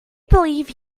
believe